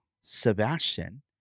Sebastian